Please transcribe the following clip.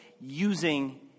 using